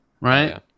right